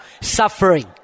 suffering